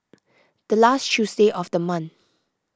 the last Tuesday of the month